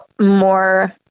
more